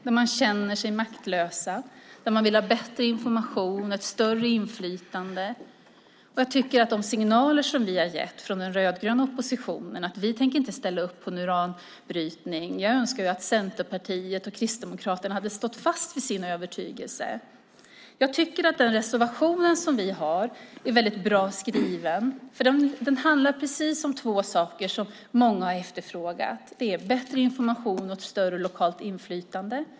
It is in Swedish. De känner sig maktlösa, vill ha bättre information och ett större inflytande. De signaler som vi från den rödgröna oppositionen har gett innebär att vi inte tänker ställa upp på uranbrytning, och jag önskar att Centerpartiet och Kristdemokraterna hade stått fast vid sin övertygelse. Den reservation som vi har tycker jag är bra. Den handlar om just de två saker som många har efterfrågat, nämligen bättre information och ett större lokalt inflytande.